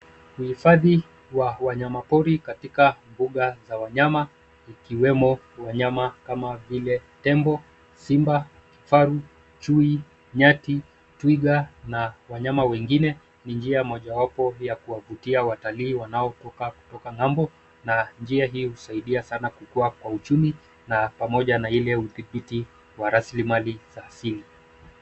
Uhifadhi wa wanyamapori katika mbuga za wanyama ikiwemo wanyama kama vile tembo, simba, kifaru, chui, nyati, twiga na wanyama wengine ni njia mojawapo ya kuwavutia watalii wanaotoka kutoka ng'ambo na njia hii husaidia sana kukua kwa uchumi na pamoja na ile udhibiti wa raslimali za asili.